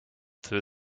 through